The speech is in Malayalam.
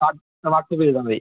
ആ എന്നാൽ വാട്ട്സ്ആപ്പ് ചെയ്താൽ മതി